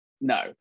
No